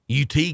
UT